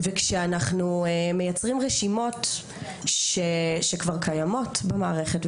וכשאנחנו מייצרים רשימות שכבר קיימות במערכת,